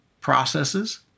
processes